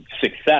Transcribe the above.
success